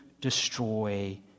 destroy